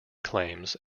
claims